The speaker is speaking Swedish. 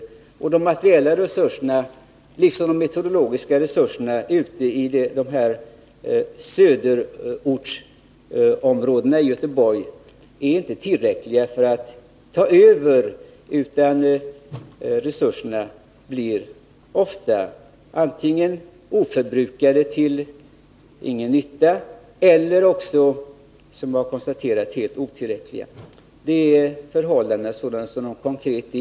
De materiella resurserna, liksom också de metodologiska resurserna i de här ”söderortsområdena” i Göteborg, är inte tillräckliga för att kunna betyda någonting, utan resurserna blir ofta antingen oförbrukade och till ingen nytta eller också, som jag nyss sade, helt otillräckliga. Detta är de verkliga förhållandena.